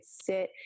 sit